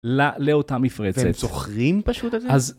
לאותה מפרצת. והם זוכרים פשוט את זה?